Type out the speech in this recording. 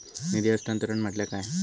निधी हस्तांतरण म्हटल्या काय?